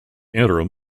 interim